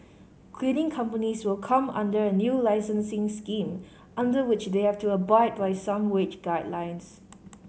cleaning companies will come under a new licensing scheme under which they have to abide by some wage guidelines